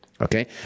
okay